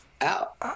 out